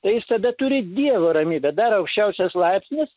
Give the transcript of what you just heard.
tai jis tada turi dievo ramybę dar aukščiausias laipsnis